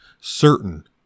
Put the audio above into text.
certain